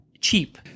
Cheap